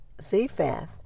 Zephath